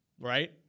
Right